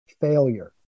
failure